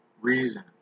reason